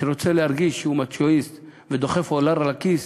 שרוצה להרגיש שהוא מצ'ואיסט ודוחף אולר לכיס,